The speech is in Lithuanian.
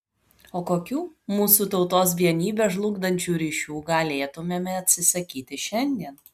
o kokių mūsų tautos vienybę žlugdančių ryšių galėtumėme atsisakyti šiandien